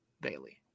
Bailey